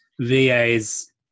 VA's